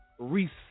reset